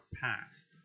past